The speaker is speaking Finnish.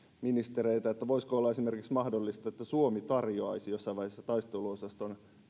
ministereiltä voisiko olla mahdollista esimerkiksi että suomi tarjoaisi jossain vaiheessa taisteluosaston